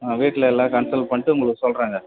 ஆ வீட்டில் எல்லாம் கன்சல்ட் பண்ணிட்டு உங்களுக்கு சொல்கிறேங்க